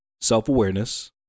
self-awareness